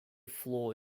floor